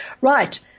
Right